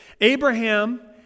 Abraham